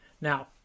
Now